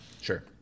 sure